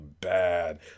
bad